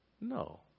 No